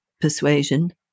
persuasion